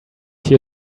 here